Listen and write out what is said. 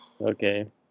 Okay